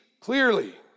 clearly